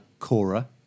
Cora